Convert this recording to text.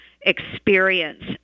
experience